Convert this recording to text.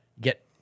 get